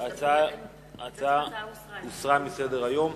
ההצעות הוסרו מסדר-היום.